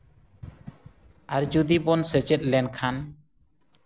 ᱟᱨ ᱡᱩᱫᱤ ᱵᱚᱱ ᱥᱮᱪᱮᱫ ᱞᱮᱱᱠᱷᱟᱱ